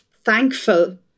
thankful